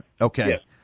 Okay